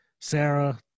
Sarah